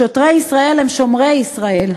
שוטרי ישראל הם שומרי ישראל,